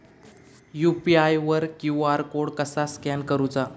UPI वर QR code कसा scan करूचा?